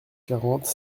quarante